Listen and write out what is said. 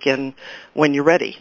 again when you're ready